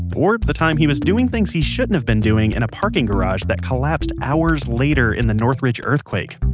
or the time he was doing things he should've have been doing in a parking garage that collapsed hours later in the northridge earthquake.